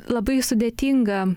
labai sudėtinga